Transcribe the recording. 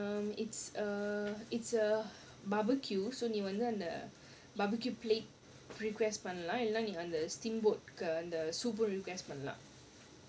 um it's a it's a barbecue so நீ வந்து அந்த:nee vandhu andha barbecue plate request பண்ணலாம் இல்ல நீ வந்து:pannalaam illa nee vandhu steamboat the soup பண்ணலாம்:pannalaam